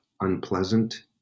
unpleasant